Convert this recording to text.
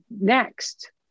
next